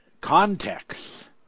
context